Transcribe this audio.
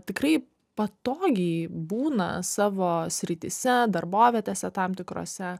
tikrai patogiai būna savo srityse darbovietėse tam tikrose